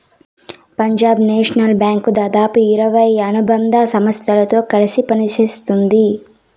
Punjab National Bank దాదాపు ఇరవై అనుబంధ సంస్థలతో కలిసి పనిత్తోంది